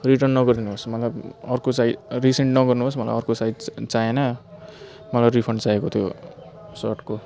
return नगरिदिनु होस् मलाई अर्को चाहिँ रिसेन्ड नगर्नु होस् मलाई अर्को साइज चाहिएन मलाई रिफन्ड चाहिएको त्यो सर्टको